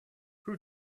who